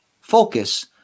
focus